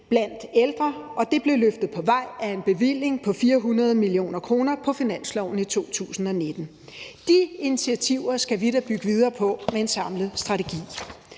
blandt ældre, og det blev løftet på vej af en bevilling på 400 mio. kr. på finansloven i 2019. De initiativer skal vi da bygge videre på med en samlet strategi